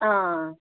हां